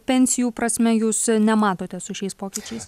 pensijų prasme jūs nematote su šiais pokyčiais